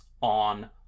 on